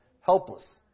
helpless